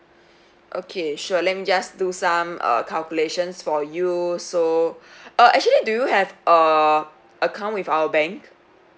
okay sure let me just do some uh calculations for you so uh actually do you have err account with our bank